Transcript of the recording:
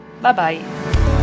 Bye-bye